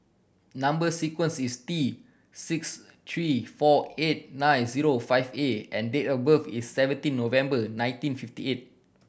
number sequence is T six three four eight nine zero five A and date of birth is seventeen November nineteen fifty eight